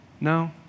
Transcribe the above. No